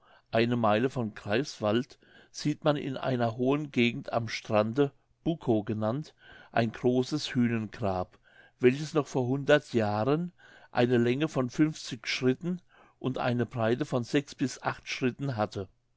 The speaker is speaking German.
eine meile von greifswald sieht man in einer hohen gegend am strande bukow genannt ein großes hühnengrab welches noch vor hundert jahren eine länge von schritten und eine breite von bis schritten hatte